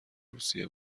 روسیه